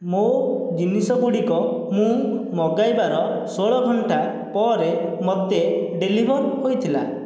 ମୋ' ଜିନିଷଗୁଡ଼ିକ ମୁଁ ମଗାଇବାର ଷୋହଳ ଘଣ୍ଟା ପରେ ମୋତେ ଡେଲିଭର୍ ହୋଇଥିଲା